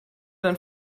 dein